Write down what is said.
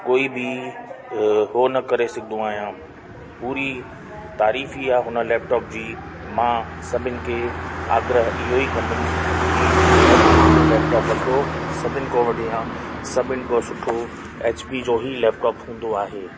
कोई बि अ हो न करे सघंदो आहियां पूरी तारीफ़ ई आहे हुन लैपटॉप जी मां सभिनि खे आग्रह इहेई कंदुमि की एच पी जो लैपटॉप वठो सभिनि खां वढ़िया सभिनि खां सुठो एच पी जो ई लैपटॉप हूंदो आहे